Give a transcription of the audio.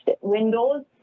windows